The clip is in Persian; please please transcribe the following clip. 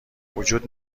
وجود